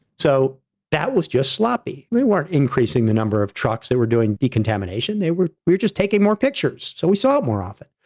so that was just sloppy. we weren't increasing the number of trucks that we're doing decontamination, they were just taking more pictures. so, we saw it more often.